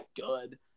good